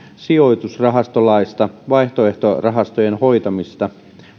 sijoitusrahastolaista vaihtoehtorahastojen hoitajista